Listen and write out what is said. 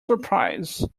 surprise